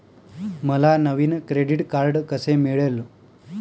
मला नवीन credit card कसे मिळेल?